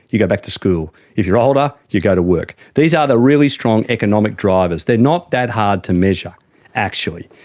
you go back to school. if you're older, you go to work. these are the really strong economic drivers. they're not that hard to measure actually.